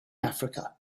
africa